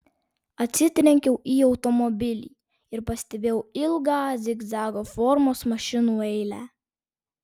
atsitrenkiau į automobilį ir pastebėjau ilgą zigzago formos mašinų eilę